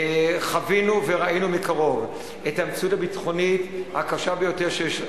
חווינו וראינו מקרוב את המציאות הביטחונית הקשה ביותר שיש.